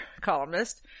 columnist